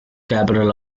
capital